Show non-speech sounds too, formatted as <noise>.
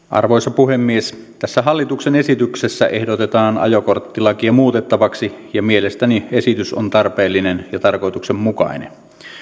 <unintelligible> arvoisa puhemies tässä hallituksen esityksessä ehdotetaan ajokorttilakia muutettavaksi ja mielestäni esitys on tarpeellinen ja tarkoituksenmukainen